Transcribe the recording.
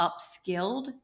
upskilled